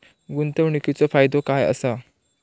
गुंतवणीचो फायदो काय असा?